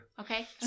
Okay